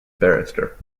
barrister